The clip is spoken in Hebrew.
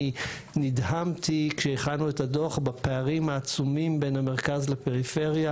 אני נדהמתי כשהכנו את הדוח בפערים העצומים בין המרכז לפריפריה,